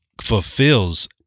fulfills